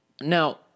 Now